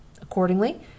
Accordingly